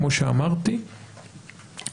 כמו שאמרתי,